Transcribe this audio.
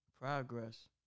progress